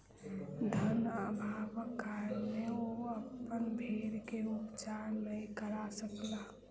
धन अभावक कारणेँ ओ अपन भेड़ के उपचार नै करा सकला